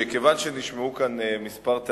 כיוון שנשמעו כאן כמה טענות,